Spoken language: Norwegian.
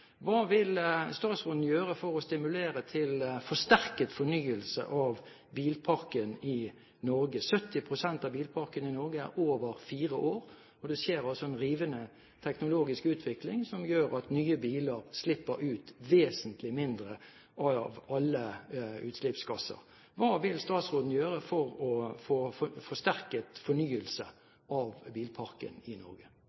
Hva vil statsråden gjøre for å stimulere til forsterket fornyelse av bilparken i Norge? 70 pst. av bilparken i Norge er over fire år, og det skjer altså en rivende teknologisk utvikling som gjør at nye biler slipper ut vesentlig mindre av alle utslippsgasser. Hva vil statsråden gjøre for å få en forsterket